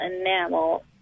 enamel